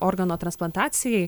organo transplantacijai